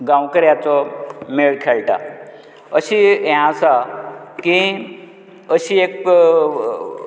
गांवकार्याचो मेळ खेळटा अशी ही हें आसा की अशी एक